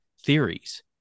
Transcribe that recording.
theories